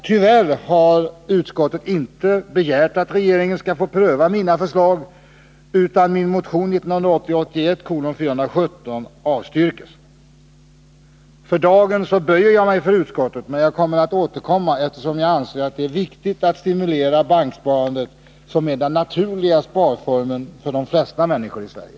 Tyvärr har utskottet inte begärt att regeringen skall få pröva mina förslag, utan min motion 1980/81:417 har avstyrkts. För dagen böjer jag mig för utskottet, men jag återkommer, eftersom jag anser att det är viktigt att man stimulerar banksparandet, som för de flesta människor i Sverige är den naturliga sparformen.